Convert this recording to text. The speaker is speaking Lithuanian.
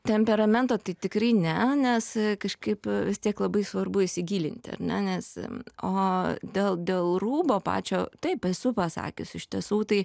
temperamento tai tikrai ne nes kažkaip vis tiek labai svarbu įsigilinti ar ne nes o dėl dėl rūbo pačio taip esu pasakiusi iš tiesų tai